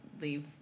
leave